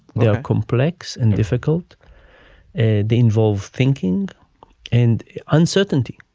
they are complex and difficult and they involve thinking and uncertainty.